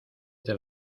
del